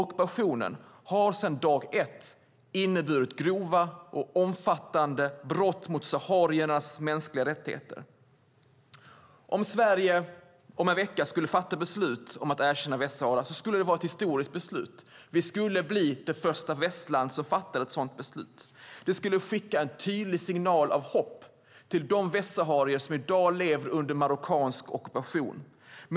Ockupationen har sedan dag ett inneburit grova och omfattande brott mot sahariernas mänskliga rättigheter. Om Sverige om en vecka skulle fatta beslut om att erkänna Västsahara skulle det vara ett historiskt beslut. Vi skulle bli det första västland som fattar ett sådant beslut. Det skulle skicka en tydlig signal av hopp till de västsaharier som i dag lever under marockansk ockupation.